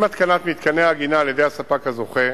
עם התקנת מתקני העגינה על-ידי הספק הזוכה